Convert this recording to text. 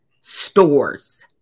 stores